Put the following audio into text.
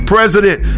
President